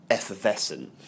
effervescent